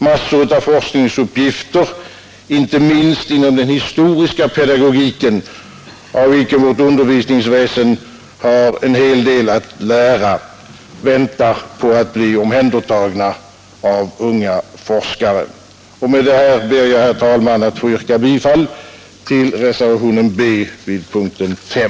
Massor av forskningsuppgifter, inte minst inom den historiska pedagogiken av vilken vårt undervisningsväsende har en hel del att lära, väntar på att bli omhändertagna av unga forskare. Med detta ber jag, herr talman, att få yrka bifall till reservationen B vid punkten 5.